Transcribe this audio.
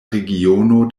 regiono